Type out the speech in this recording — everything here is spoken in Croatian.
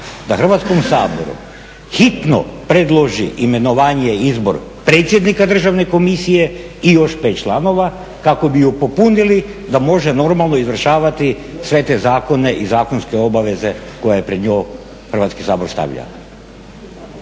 da Hrvatskom saboru hitno predloži imenovanje i izbor predsjednika državne komisije i još 5 članova kako bi ju popunili da može normalno izvršavati sve te zakone i zakonske obaveze koje je pred nju Hrvatski sabora stavlja.